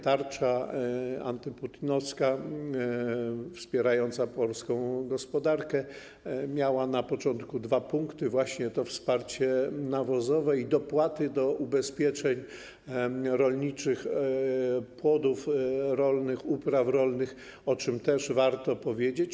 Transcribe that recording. Tarcza antyputinowska wspierająca polską gospodarkę miała na początku dwa punkty: właśnie to wsparcie nawozowe i dopłaty do ubezpieczeń rolniczych płodów rolnych, upraw rolnych, o czym też warto powiedzieć.